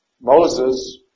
Moses